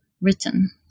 written